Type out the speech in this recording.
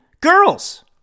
girls